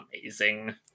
amazing